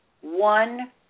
one